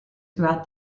throughout